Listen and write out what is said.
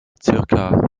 zirka